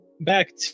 back